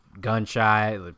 gun-shy